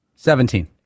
Seventeen